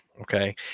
okay